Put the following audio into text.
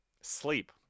Sleep